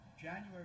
January